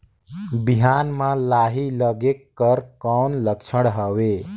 बिहान म लाही लगेक कर कौन लक्षण हवे?